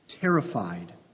terrified